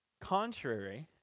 Contrary